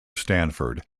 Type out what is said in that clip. stanford